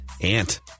Ant